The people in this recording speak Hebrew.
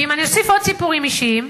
ואם אני אוסיף עוד סיפורים אישיים,